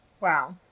Wow